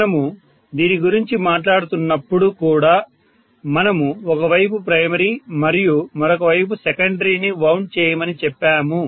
మనము దీని గురించి మాట్లాడుతున్నప్పుడు కూడా మనము ఒక వైపు ప్రైమరి మరియు మరొక వైపు సెకండరీని వౌండ్ చేయమని చెప్పాము